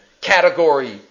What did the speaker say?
category